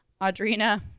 Audrina